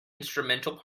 instrumental